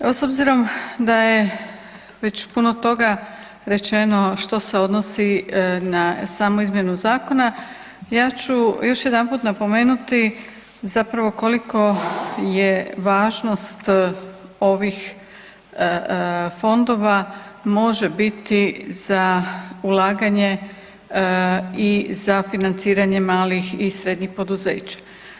Evo, s obzirom da je već puno toga rečeno što se odnosi na samu izmjenu zakona, ja ću još jedanput napomenuti zapravo koliko je važnost ovih fondova može biti za ulaganje i za financiranje malih i srednjih poduzeća.